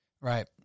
Right